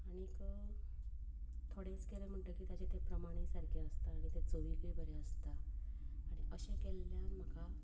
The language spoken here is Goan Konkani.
आनीक थोडेंच केलें म्हणटकीर ताचें तें प्रमाणें सारकें आसता आनी तें चवीक बरें आसता अशें केल्ल्यान म्हाका